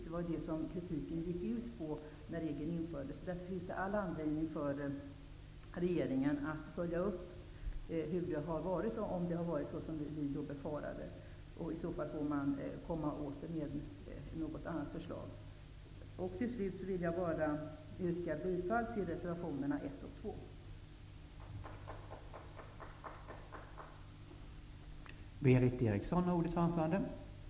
Det var det som kritiken gick ut på när regeln infördes. Därför finns det all anledning för regeringen att följa upp hur det har varit och om det har varit som vi befarade. I så fall får man komma åter med något annat förslag. Avslutningsvis vill jag bara yrka bifall till reservationerna nr 1 och 2. Applåder)